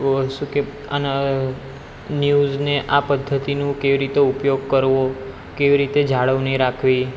ઓ શું કે આના ન્યુઝને આ પદ્ધતિનું કેવી રીતે ઉપયોગ કરવો કેવી રીતે જાળવણી રાખવી